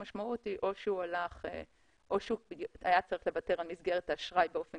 המשמעות היא או שהוא היה צריך לוותר על מסגרת האשראי באופן